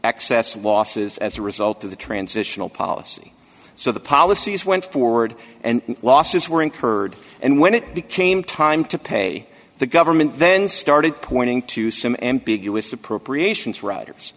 excess losses as a result of the transitional policy so the policies went forward and losses were incurred and when it became time to pay the government then started pointing to some ambiguous appropriations riders